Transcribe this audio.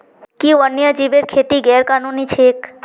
कि वन्यजीवेर खेती गैर कानूनी छेक?